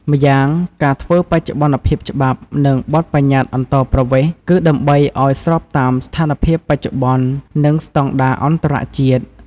ម្យ៉ាងការធ្វើបច្ចុប្បន្នភាពច្បាប់ និងបទប្បញ្ញត្តិអន្តោប្រវេសន៍គឺដើម្បីឱ្យស្របតាមស្ថានភាពបច្ចុប្បន្ន និងស្តង់ដារអន្តរជាតិ។